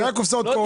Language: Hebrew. זה לא דיון משפטי,